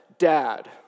dad